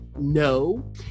No